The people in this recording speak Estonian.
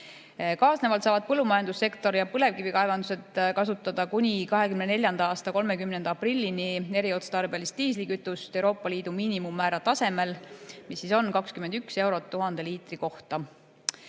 Kaasnevalt saavad põllumajandussektor ja põlevkivikaevandused kasutada kuni 2024. aasta 30. aprillini eriotstarbelist diislikütust Euroopa Liidu [aktsiisi] miinimummäära tasemel, mis on 21 eurot 1000 liitri kohta.